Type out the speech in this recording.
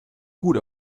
gut